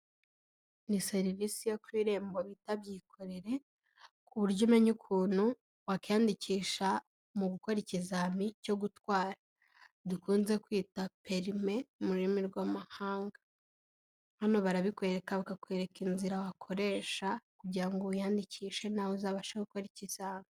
Ni serivise yo ku irembo bita byikorere ku buryo umenya ukuntu wakiyandikisha mu gukora ikizam cyo gutwara dukunze kwita perime mu rurimi rw'amahanga, hano barabikwereka bakakwereka inzira wakoresha kugira ngo wiyandikishe nawe uzabashe gukora ikizami.